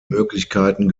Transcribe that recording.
möglichkeiten